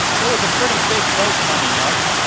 there was a pretty big vote coming up,